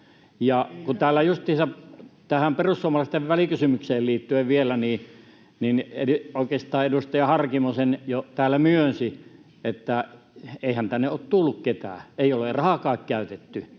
kun täällä — tähän perussuomalaisten välikysymykseen liittyen vielä — oikeastaan edustaja Harkimo sen jo täällä myönsi, että eihän tänne ole tullut ketään, ei ole rahaakaan käytetty.